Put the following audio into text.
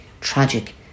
tragic